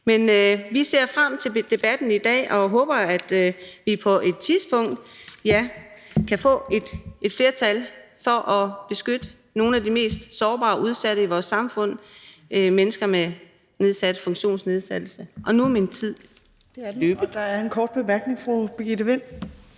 Men vi ser frem til debatten i dag og håber, at vi på et tidspunkt kan få et flertal for at beskytte nogle af de mest sårbare og udsatte i vores samfund, mennesker med nedsat funktionsevne. Og nu er min tid gået. Kl. 16:58 Fjerde næstformand